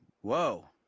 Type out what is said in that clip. Whoa